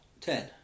ten